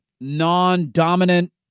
non-dominant